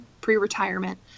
pre-retirement